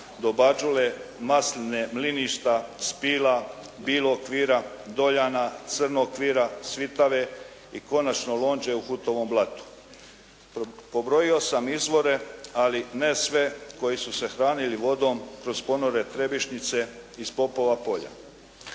do Bađule, Masline, Mliništa, Spila, Bilokvira, Doljana, Crnokvira, Svitave i konačno Lonđe u Hutovom Blatu. Pobrojio sam izvore ali ne sve koji su se hranili vodom kroz ponore Trebišnjice iz Popova polja.